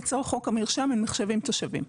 לצורך חוק המרשם הם נחשבים תושבים.